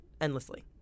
endlessly